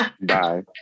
Bye